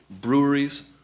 breweries